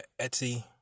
Etsy